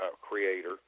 Creator